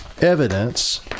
evidence